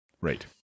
Right